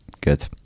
Good